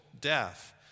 death